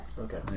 Okay